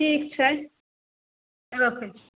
ठीक छै रखै छी